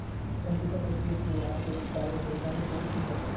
संचिता पूछले की वहार क्रेडिट कार्डेर भुगतानेर डेट की छेक